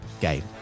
game